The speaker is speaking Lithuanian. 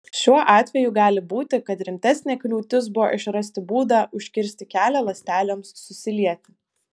šiuo atveju gali būti kad rimtesnė kliūtis buvo išrasti būdą užkirsti kelią ląstelėms susilieti